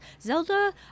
Zelda